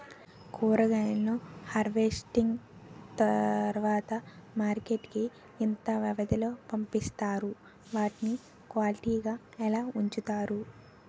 కూరగాయలను హార్వెస్టింగ్ తర్వాత మార్కెట్ కి ఇంత వ్యవది లొ పంపిస్తారు? వాటిని క్వాలిటీ గా ఎలా వుంచుతారు?